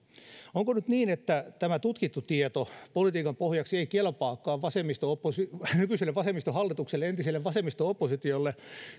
onko nyt niin että tutkittu tieto ei kelpaakaan politiikan pohjaksi nykyiselle vasemmistohallitukselle entiselle vasemmisto oppositiolle